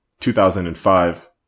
2005